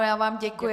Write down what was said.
Já vám děkuji.